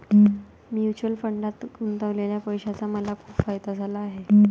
mutual फंडात गुंतवलेल्या पैशाचा मला खूप फायदा झाला आहे